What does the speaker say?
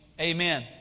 amen